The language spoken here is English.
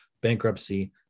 bankruptcy